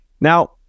Now